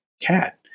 cat